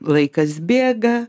laikas bėga